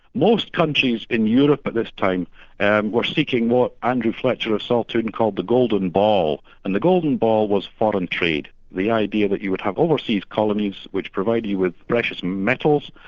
most countries in europe at this time and were seeking what andrew fletcher of saltoun called the golden ball, and the golden ball was foreign trade, the idea that you would have overseas colonies which provide you with precious metals,